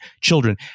children